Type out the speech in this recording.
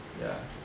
ya